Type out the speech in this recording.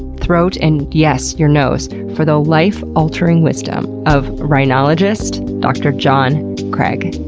throat, and yes, your nose, for the life-altering wisdom of rhinologist, dr. john craig.